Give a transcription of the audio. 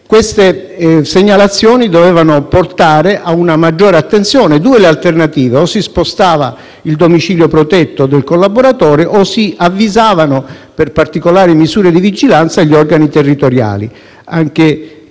Queste segnalazioni dovevano portare a una maggiore attenzione. Due le alternative: o si spostava il domicilio protetto del collaboratore o si avvisavano, per particolari misure di vigilanza, gli organi territoriali,